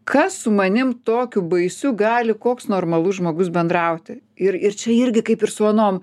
kas su manim tokiu baisiu gali koks normalus žmogus bendrauti ir ir čia irgi kaip ir su anom